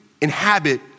inhabit